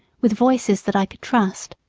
with voices that i could trust.